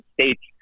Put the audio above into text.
State's